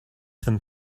than